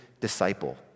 disciple